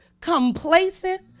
Complacent